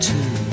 Two